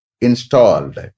installed